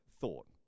thought